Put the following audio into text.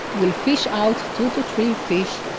will fish out two to three fish,